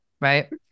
right